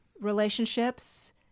relationships